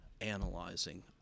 analyzing